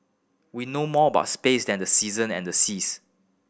we know more about space than the season and the seas